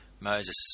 Moses